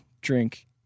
drink